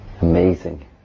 amazing